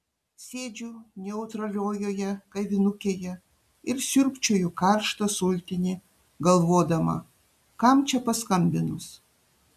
sėdžiu neutraliojoje kavinukėje ir siurbčioju karštą sultinį galvodama kam čia paskambinus